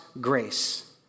grace